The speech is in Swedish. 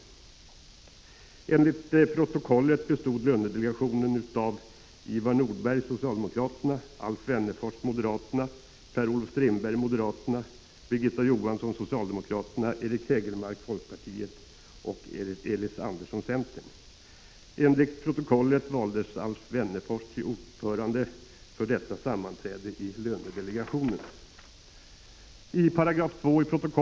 Enligt protokollet bestod lönedelegationen av Ivar Nordberg , Alf Wennerfors , Per-Olof Strindberg , Birgitta Johansson , Eric Hägelmark och Elis Andersson . Enligt protokollet valdes Alf Wennerfors till ordförande för detta sammanträde i lönedelegationen.